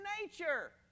nature